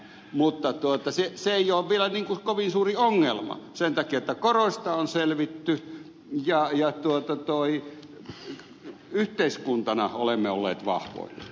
mutta se ei ole vielä kovin suuri ongelma sen takia että koroista on selvitty ja yhteiskuntana olemme olleet vahvoilla